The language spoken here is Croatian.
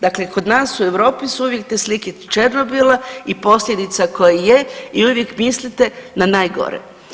Dakle, kod nas u Europi su uvijek te slike Černobila i posljedica koje je i uvijek mislite na najgore.